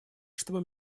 чтобы